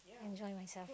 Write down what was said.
enjoy myself